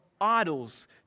idols